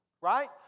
Right